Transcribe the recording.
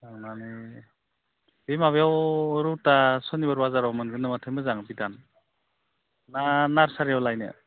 लांनानै बे माबायाव रौथा सुनिबार बाजाराव मोनगोन नामाथाय मोजां बिदान ना नार्सारियाव लायनो